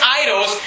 idols